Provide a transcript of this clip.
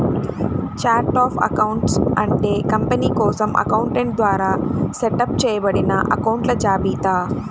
chart of accounts అంటే company కోసం accountant ద్వారా సెటప్ చేయబడిన అకొంట్ల జాబితా